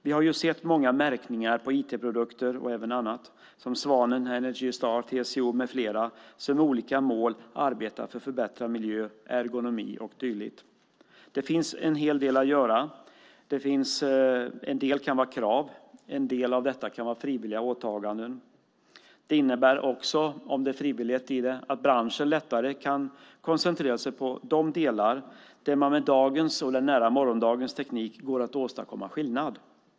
Vi har sett många märkningar på IT-produkter och även på annat - Svanen, Energy Star, TCO med flera - som med olika mål arbetar för förbättrad miljö, ergonomi och dylikt. Det finns en hel del att göra. En del kan vara krav. En del kan vara frivilliga åtaganden. Om det finns frivillighet i det innebär det att branschen lättare kan koncentrera sig på de delar där det med dagens och den nära morgondagens teknik går att åstadkomma skillnad.